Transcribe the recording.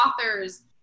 authors